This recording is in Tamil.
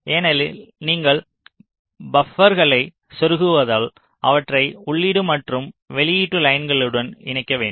ஏனெனில் நீங்கள் பப்பங்களைச் செருகுவதால் அவற்றை உள்ளீடு மற்றும் வெளியீட்டு லைன்ககளுடன் இணைக்க வேண்டும்